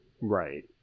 Right